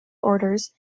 orders